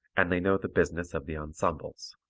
and they know the business of the ensembles.